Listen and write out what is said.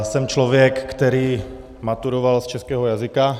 Jsem člověk, který maturoval z českého jazyka.